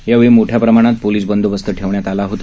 यावेळी मोठ्या प्रमाणात पोलीस बंदोबस्त ठेवण्यात आला होता